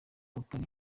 utari